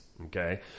okay